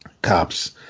cops